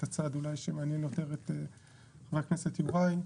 הצד אולי שמעניין יותר את חבר הכנסת יוראי,